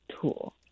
tool